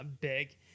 Big